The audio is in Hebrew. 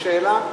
שאלה.